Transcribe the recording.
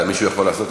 מישהו יכול לעשות?